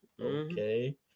okay